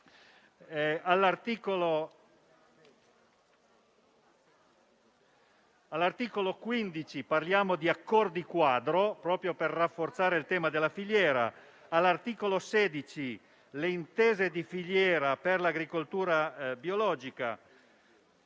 All'articolo 15, parliamo di accordi quadro proprio per rafforzare il tema della filiera. L'articolo 16, disciplina le intese di filiera per l'agricoltura biologica.